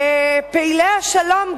פעילי השלום,